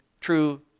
true